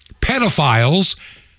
pedophiles